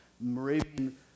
Moravian